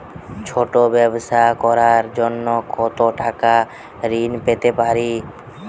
ছোট ব্যাবসা করার জন্য কতো টাকা ঋন পেতে পারি?